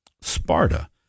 Sparta